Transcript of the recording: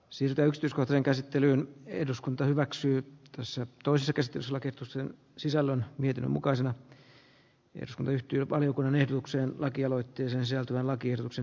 silitelty skottien käsittelyyn eduskunta hyväksyy tässä toisi käsitys lakitus sen sisällön yhdenmukaisella mies ryhtyy valiokunnan etuuksien lakialoitteen sisältyvän lakiehdotuksen